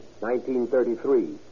1933